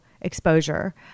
exposure